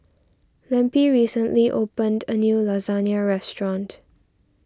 Lempi recently opened a new Lasagna restaurant